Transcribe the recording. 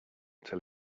till